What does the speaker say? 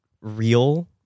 real